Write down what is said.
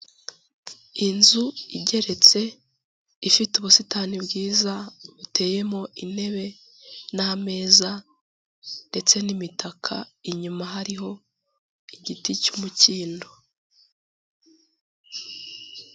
Inzu igeretse ifite ubusitani bwiza buteyemo intebe n'ameza ndetse n'imitaka, inyuma hariho igiti cy'umukindo.